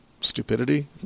stupidity